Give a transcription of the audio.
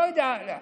לא יודע.